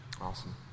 Awesome